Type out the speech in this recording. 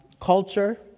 culture